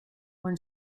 when